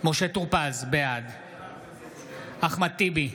משה טור פז, בעד אחמד טיבי,